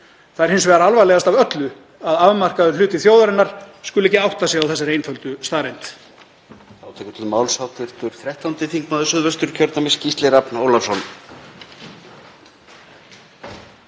Það er hins vegar alvarlegast af öllu að afmarkaður hluti þjóðarinnar skuli ekki átta sig á þessari einföldu staðreynd.